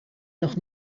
noch